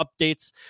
updates